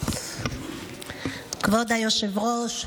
כבוד היושב-ראש,